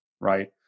right